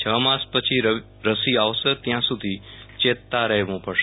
છ માસ પછી રસી આવશે ત્યાં સુધી ચેતતા રહેવું પડશે